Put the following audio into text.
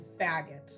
faggot